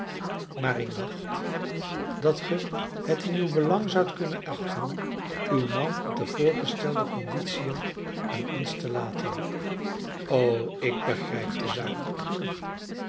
maar ik dacht dat ge het in uw belang zoudt kunnen achten uw man op de voorgestelde conditiën aan ons te laten o ik begrijp de zaak goed genoeg